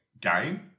game